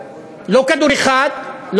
לא כדור אחד,